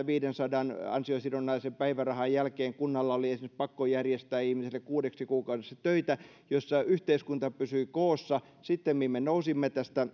viidensadan ansiosidonnaisen päivärahapäivän jälkeen kunnan oli pakko järjestää ihmiselle kuudeksi kuukaudeksi töitä jotta yhteiskunta pysyi koossa sittemmin me nousimme tästä